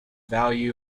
value